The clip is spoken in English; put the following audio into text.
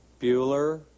Bueller